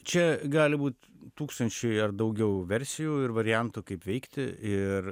čia gali būt tūkstančiai ar daugiau versijų ir variantų kaip veikti ir